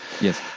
yes